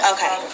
Okay